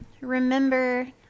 Remember